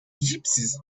gypsies